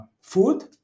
food